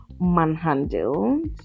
manhandled